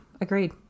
Agreed